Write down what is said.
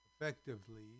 effectively